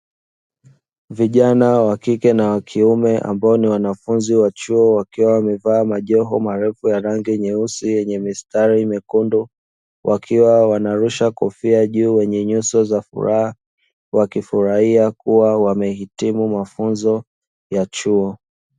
Vijana wa kike na wa kiume, ambao ni wanafunzi wa chuo, wakiwa wamevaa majoho marefu ya rangi nyeusi yenye mistari mekundu. Wakiwa wanarusha kofia juu, wenye nyuso za furaha, wakifurahia kuwa wamehitimu mafunzo ya chuo.